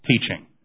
teaching